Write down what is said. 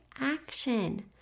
action